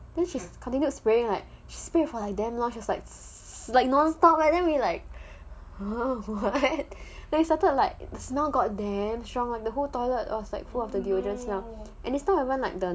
then she continued spraying like spray for like damn long like nonstop then we where like what then it started like it's now got damn strong the whole toilet was like full of the deodorant smell now and it's not even like the